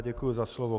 Děkuji za slovo.